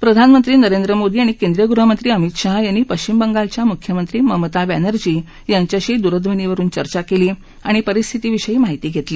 प्रधानमहीनरेंद्र मोदी आणि केंद्रीय गृहमहीअमित शाह यातीपश्चिम बातिलच्या मुख्यमहीममता बॅनर्जी याच्याशी द्रध्वनीवरून चर्चा केली आणि परिस्थितीविषयी माहिती घेतली